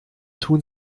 tun